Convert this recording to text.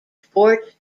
fort